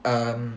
um